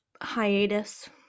hiatus